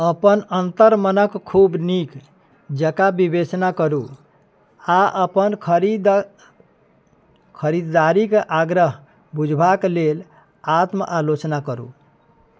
अपन अन्तर्मनक खूब नीक जकाँ विवेचना करू आ अपन खरीदारीक आग्रह बुझबाक लेल आत्म आलोचना करू